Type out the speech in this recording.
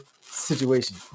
situation